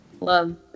love